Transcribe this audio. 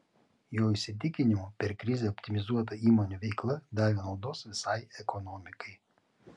jo įsitikinimu per krizę optimizuota įmonių veikla davė naudos visai ekonomikai